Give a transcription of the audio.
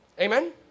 Amen